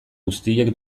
guztiek